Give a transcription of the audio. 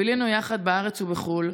בילינו יחד בארץ ובחו"ל,